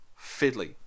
fiddly